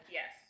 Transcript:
yes